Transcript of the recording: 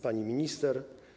Pani Minister!